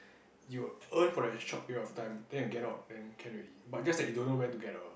you earn for a short period of time then you get out can already but just that you don't know when to get out